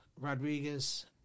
Rodriguez-